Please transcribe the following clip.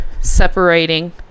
separating